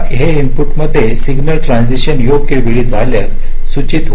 हे इनपुट मध्ये signal transition योग्य वेळी झाल्याचे सूचित करते